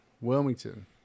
wilmington